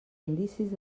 indicis